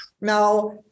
Now